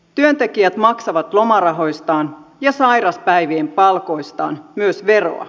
työntekijät maksavat lomarahoistaan ja sairauspäivien palkoistaan myös veroa